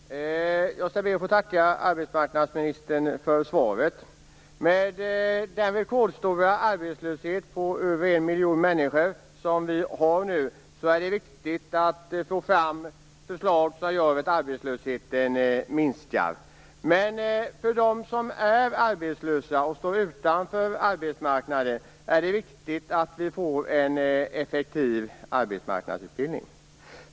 Fru talman! Jag skall be att få tacka arbetsmarknadsministern för svaret. Nu har vi en rekordstor arbetslöshet som gäller över en miljon människor. Därför är det viktigt att vi får fram förslag som gör att arbetslösheten minskar. Men för dem som är arbetslösa och står utanför arbetsmarknaden är det viktigt att vi får en effektiv arbetsmarknadsutbildning.